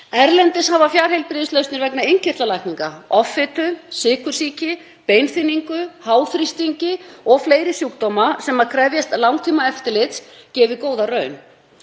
Erlendis hafa fjarheilbrigðislausnir vegna innkirtlalækninga, offitu, sykursýki, beinþynningar, háþrýstings og fleiri sjúkdóma sem krefjast langtímaeftirlits gefið góða raun.